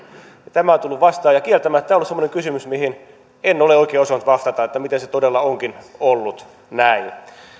tämä on tullut vastaan ja kieltämättä tämä on ollut semmoinen kysymys mihin en ole oikein osannut vastata miten se todella onkin ollut näin